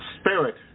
spirit